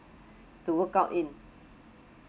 to workout in